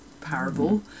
parable